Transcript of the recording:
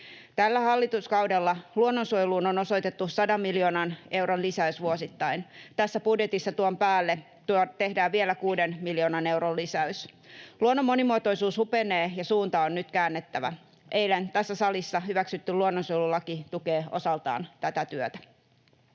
Tällä hallituskaudella luonnonsuojeluun on osoitettu 100 miljoonan euron lisäys vuosittain. Tässä budjetissa tuon päälle tehdään vielä kuuden miljoonan euron lisäys. Luonnon monimuotoisuus hupenee, ja suunta on nyt käännettävä. Eilen tässä salissa hyväksytty luonnonsuojelulaki tukee osaltaan tätä työtä.